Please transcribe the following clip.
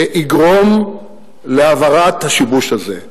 יגרום להבהרת השיבוש הזה.